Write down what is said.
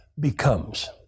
becomes